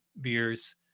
beers